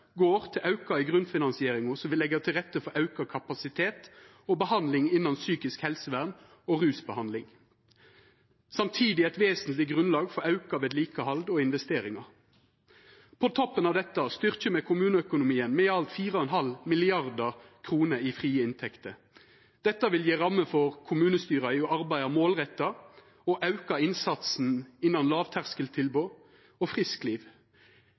går til ein auke i grunnfinansieringa, som vil leggja til rette for auka kapasitet og behandling innan psykisk helsevern og rusbehandling. Samtidig er det eit vesentleg grunnlag for auka vedlikehald og investeringar. På toppen av dette styrkjer me kommuneøkonomien med i alt 4,5 mrd. kr i frie inntekter. Dette vil gje rammer for kommunestyra til å arbeida målretta og auka innsatsen innan lavterskeltilbod og friskliv,